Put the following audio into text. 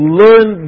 learn